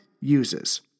uses